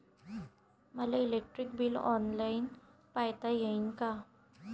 मले electric bill online पायता येईन का?